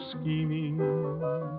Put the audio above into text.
scheming